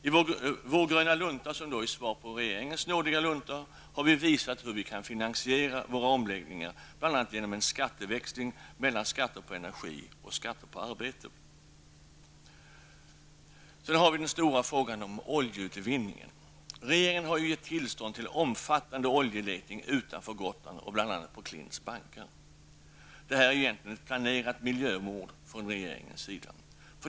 I vår gröna lunta, som är svar på regeringens nådiga lunta, har vi visat hur vi kan finansiera våra omläggningar, bl.a. genom en skatteväxling mellan skatten på energi och skatten på arbete. Sedan har vi den stora frågan om oljeutvinningen. Regeringen har givit tillstånd till omfattande oljeletning utanför Gotland, bl.a. på Klints bankar. Detta är ett planerat miljömord från regeringens sida.